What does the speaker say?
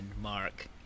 Mark